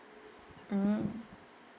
mm